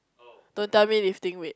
don't tell me lifting weight